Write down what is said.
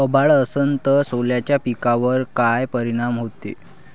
अभाळ असन तं सोल्याच्या पिकावर काय परिनाम व्हते?